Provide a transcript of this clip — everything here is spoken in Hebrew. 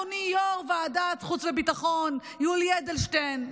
אדוני יו"ר ועדת חוץ וביטחון יולי אדלשטיין,